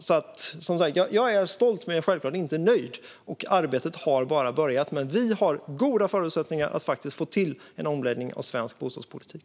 Jag är som sagt stolt, men jag är självklart inte nöjd. Arbetet har bara börjat, men vi har goda förutsättningar att faktiskt få till en omläggning av svensk bostadspolitik.